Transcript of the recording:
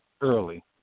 early